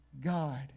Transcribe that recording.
God